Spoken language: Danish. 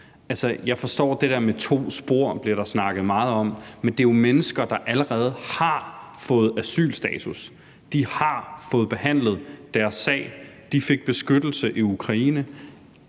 Jeg forstår det der med to spor, som der bliver snakket meget om, men det er jo mennesker, der allerede har fået asylstatus. De har fået behandlet deres sag, de fik beskyttelse i Ukraine.